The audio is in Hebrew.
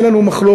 אין לנו מחלוקת.